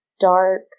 dark